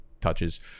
touches